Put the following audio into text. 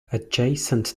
adjacent